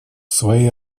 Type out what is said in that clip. своей